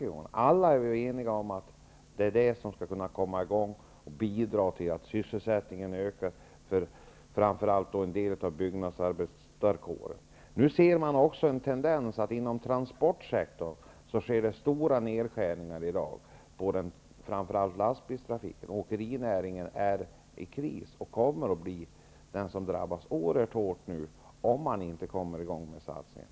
Vi är väl alla eniga om att det är detta som skall komma i gång och bidra till att sysselsättningen för framför allt en del av byggnadsarbetarkåren ökar. Nu ser vi också en tendens till stora nedskärningar inom transportsektorn. Det gäller framför allt lastbilstrafiken. Åkerinäringen befinner sig i kris. Den kommer att drabbas oerhört hårt nu om man inte kommer i gång med satsningar.